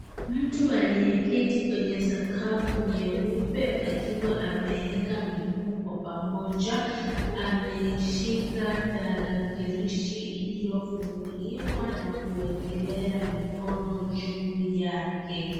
Mtu aliyeketi kwenye sakafu nyeupe akiwa ameweka miguu kwa pamoja. Ameshika tarakilishi iloyofunguliwa na kuwekelea mikono juu yake.